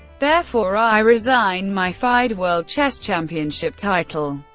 therefore, i resign my fide world chess championship title.